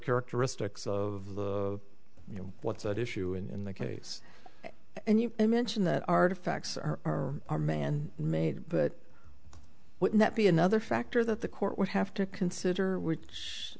characteristics of you know what's at issue in the case and you mentioned that artifacts are or are man made but wouldn't that be another factor that the court would have to consider which